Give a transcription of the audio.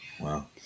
Wow